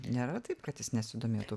nėra taip kad jis nesidomėtų